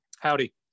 Howdy